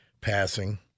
passing